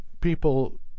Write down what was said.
people